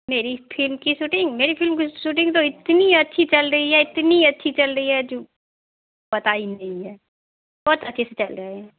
मेरी फिल्म की शूटिंग मेरी फिल्म की शूटिंग तो इतनी अच्छी चल रही है इतनी अच्छी चल रही है जो पता ही नहीं है बहुत अच्छे से चल रही है